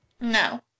No